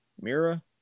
Mira